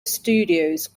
studios